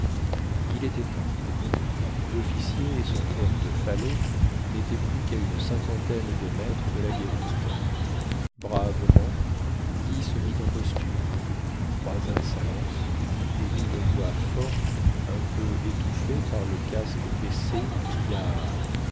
il était temps lofficier et son porte falot nétaient plus quà une cinquantaine de mètres de la guérite bravement guy se mit en posture croisa sa lance et dune voix forte un peu étouffée par le casque baissé cria